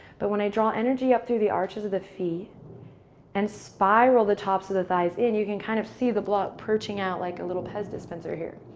but when i draw energy up through the arches of the feet and spiral the tops of the thighs in, you can kind of see the block perching out like a little pez dispenser here.